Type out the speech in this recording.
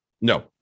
No